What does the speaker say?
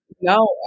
no